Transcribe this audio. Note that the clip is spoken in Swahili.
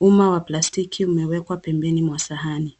uma wa plastiki umewekwa pembeni mwa sahani.